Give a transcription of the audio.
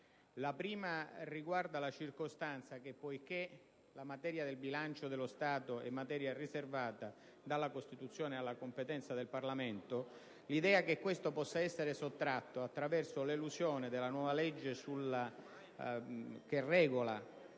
La prima riguarda la seguente circostanza. Poiché la materia del bilancio dello Stato è riservata dalla Costituzione alla competenza del Parlamento, l'idea che ciò possa essere sottratto attraverso l'elusione della nuova legge che regola